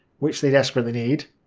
which they desperately need.